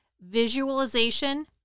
visualization